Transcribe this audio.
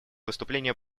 выступление